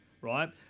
right